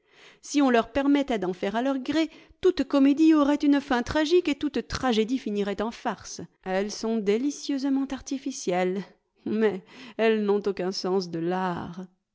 si on leur permettait d'en faire à leur gré toute comédie aurait une fin tragique et toute tragédie finirait en farce elles sont délicieusement artificielles mais elles n'ont aucun sens de l'art